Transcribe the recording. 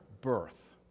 birth